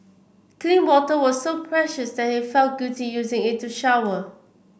clean water was so precious that he felt guilty using it to shower